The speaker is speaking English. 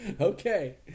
Okay